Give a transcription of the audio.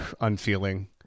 unfeeling